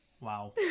Wow